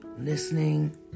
listening